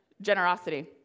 generosity